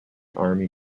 army